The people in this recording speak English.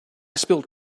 spilled